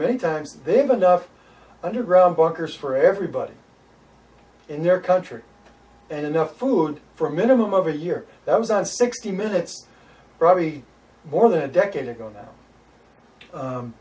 many times they have enough underground bunkers for everybody in their country and enough food for a minimum of a year that was on sixty minutes probably more than a decade ago